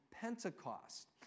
Pentecost